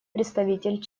представитель